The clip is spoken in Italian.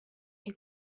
che